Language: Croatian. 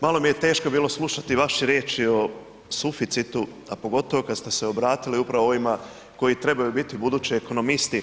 malo mi je teško bilo slušati vaše riječi o suficitu a pogotovo kada ste se obratili upravo ovima koji trebaju biti budući ekonomisti.